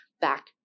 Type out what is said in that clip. back